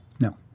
No